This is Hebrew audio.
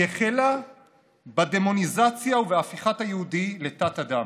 היא החלה בדמוניזציה ובהפיכת היהודי לתת-אדם.